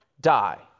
die